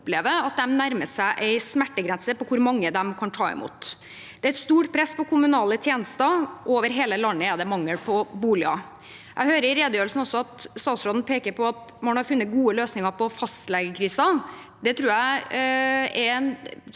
at de nærmer seg en smertegrense for hvor mange de kan ta imot. Det er et stort press på kommunale tjenester, og over hele landet er det mangel på boliger. Jeg hører at statsråden i redegjørelsen også peker på at man har funnet gode løsninger på fastlegekrisen. Jeg tror det er